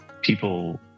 people